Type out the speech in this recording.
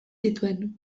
zituen